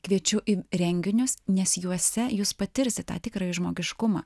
kviečiu į renginius nes juose jūs patirsit tą tikrąjį žmogiškumą